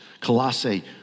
Colossae